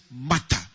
matter